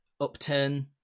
upturn